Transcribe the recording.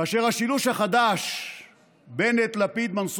כאשר השילוש החדש בנט-לפיד-מנסור